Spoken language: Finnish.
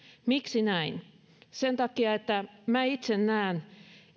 miksi näin sen takia että minä itse näen